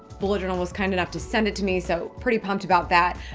bullet journal was kind enough to send it to me, so pretty pumped about that.